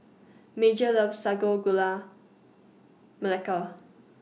Major loves Sago Gula Melaka